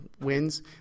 wins